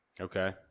Okay